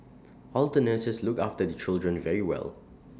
all the nurses look after the children very well